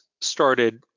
started